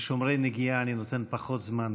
לשומרי נגיעה אני נותן פחות זמן,